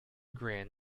grin